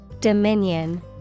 Dominion